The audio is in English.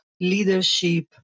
leadership